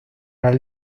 las